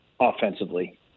offensively